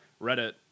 Reddit